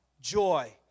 joy